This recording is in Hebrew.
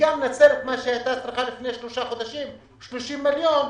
נצרת הייתה צריכה לפני שלושה חודשים 30 מיליון,